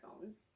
phones